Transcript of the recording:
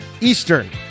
Eastern